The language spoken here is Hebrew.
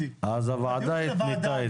הוועדה התנתה את זה.